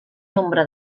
nombre